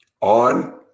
On